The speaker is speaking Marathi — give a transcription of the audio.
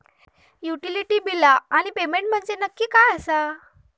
युटिलिटी बिला आणि पेमेंट म्हंजे नक्की काय आसा?